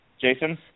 Jason